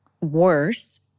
worse